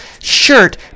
Shirt